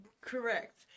Correct